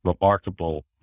remarkable